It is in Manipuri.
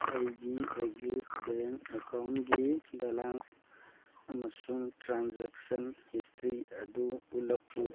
ꯑꯩꯒꯤ ꯑꯦꯛꯖꯤꯁ ꯕꯦꯡ ꯑꯦꯀꯥꯎꯟꯒꯤ ꯕꯦꯂꯦꯟꯁ ꯑꯃꯁꯨꯡ ꯇ꯭ꯔꯥꯟꯖꯦꯛꯁꯟ ꯍꯤꯁꯇ꯭ꯔꯤ ꯑꯗꯨ ꯎꯠꯂꯛꯎ